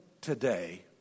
today